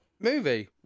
movie